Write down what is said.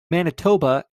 manitoba